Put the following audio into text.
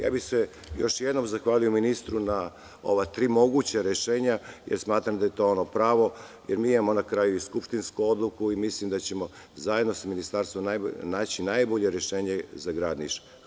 Još jednom bih se zahvalio ministru na ova tri moguća rešenja jer smatram da je to ono pravo, jer mi imamo, na kraju, i skupštinsku odluku i mislim da ćemo zajedno sa Ministarstvom naći najbolje rešenje za Grad Niš.